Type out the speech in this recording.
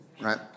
right